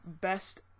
best